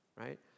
Right